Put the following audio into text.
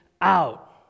out